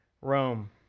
Rome